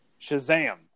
Shazam